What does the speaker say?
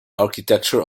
architecture